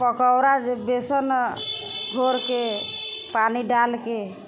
पकौड़ा जे बेसन घोरिके पानी डालिके